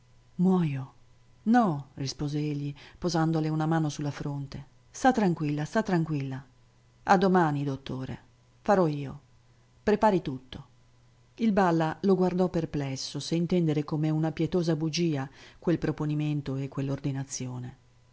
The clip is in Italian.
muojo no rispose egli posandole una mano su la fronte sta tranquilla sta tranquilla a domani dottore farò io prepari tutto il balla lo guardò perplesso se intendere come una pietosa bugia quel proponimento e quell'ordinazione